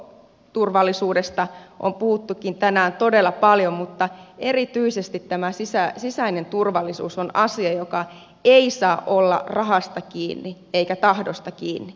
ulkoturvallisuudesta on puhuttukin tänään todella paljon mutta erityisesti tämä sisäinen turvallisuus on asia joka ei saa olla rahasta kiinni eikä tahdosta kiinni